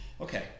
okay